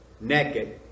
naked